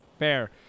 fair